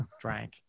drank